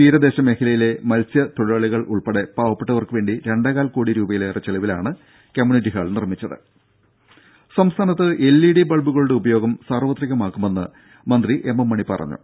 തീരദേശ മേഖലയിലെ മത്സ്യതൊഴിലാളികൾ ഉൾപ്പെടെ പാവപ്പെട്ടവർക്കു വേണ്ടി രണ്ടേകാൽ കോടി രൂപയിലേറെ ചെലവിലാണ് കമ്മ്യൂണിറ്റി ഹാൾ നിർമ്മിച്ചത് ദേദ സംസ്ഥാനത്ത് എൽ ഇ ഡി ബൾബുകളുടെ ഉപയോഗം സാർവത്രികമാക്കുമെന്ന് മന്ത്രി എം എം മണി പറഞ്ഞു